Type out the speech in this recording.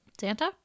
santa